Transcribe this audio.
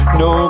no